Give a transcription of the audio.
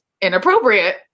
inappropriate